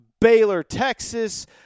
Baylor-Texas